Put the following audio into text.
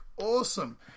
Awesome